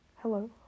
Hello